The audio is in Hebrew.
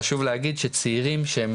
חשוב להגיד שצעירים שהם